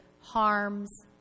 harms